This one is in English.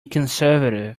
conservative